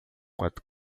quatro